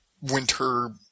winter